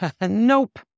nope